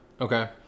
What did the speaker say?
Okay